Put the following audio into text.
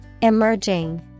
Emerging